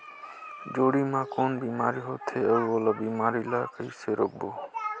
जोणी मा कौन बीमारी होथे अउ ओला बीमारी ला कइसे रोकबो?